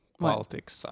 Politics